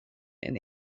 and